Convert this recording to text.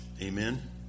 Amen